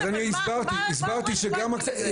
כן, אבל מה הוא רלוונטי לזה?